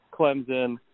clemson